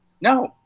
no